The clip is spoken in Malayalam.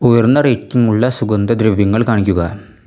ഉയർന്ന റേറ്റിംഗുള്ള സുഗന്ധദ്രവ്യങ്ങൾ കാണിക്കുക